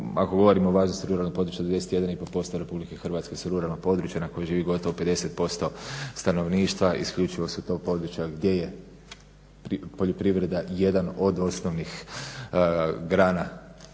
ako govorimo o važnosti ruralnog područja 21,5% RH su ruralno područje na kojem živi gotovo 50% stanovništava, isključivo su to područja gdje je poljoprivreda jedan od osnovnih grana